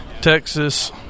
Texas